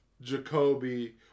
Jacoby